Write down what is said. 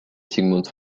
sigmund